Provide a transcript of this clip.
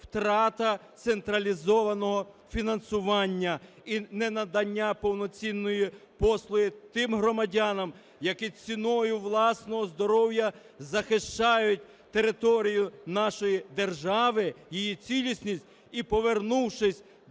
втрата централізованого фінансування і ненадання повноцінної послуги тим громадянам, які ціною власного здоров'я захищають територію нашої держави, її цілісність, і повернувшись до